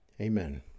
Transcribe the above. Amen